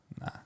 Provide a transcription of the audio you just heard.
Nah